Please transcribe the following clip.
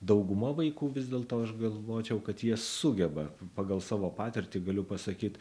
dauguma vaikų vis dėlto aš galvočiau kad jie sugeba pagal savo patirtį galiu pasakyt